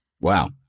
Wow